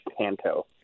panto